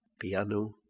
Piano